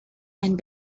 and